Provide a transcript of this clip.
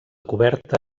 coberta